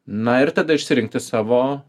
na ir tada išsirinkti savo